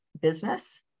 business